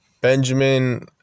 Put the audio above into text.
Benjamin